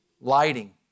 lighting